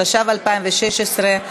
התשע"ו 2016,